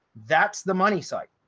that's the money site.